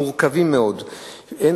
מורכבים מאוד,